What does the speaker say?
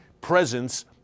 presence